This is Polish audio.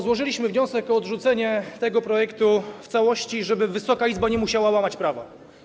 Złożyliśmy wniosek o odrzucenie tego projektu w całości, żeby Wysoka Izba nie musiała łamać prawa.